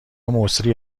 مسری